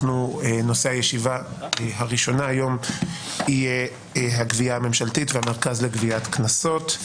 נושא הישיבה הראשונה היום יהיה הגבייה הממשלתית והמרכז לגביית קנסות.